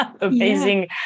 amazing